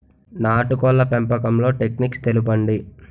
నాటుకోడ్ల పెంపకంలో టెక్నిక్స్ తెలుపండి?